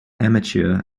amateur